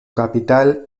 capital